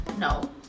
No